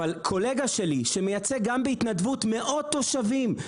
אבל קולגה שלי שמייצג גם בהתנדבות מאות תושבים,